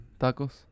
Tacos